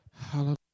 Hallelujah